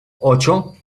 ocho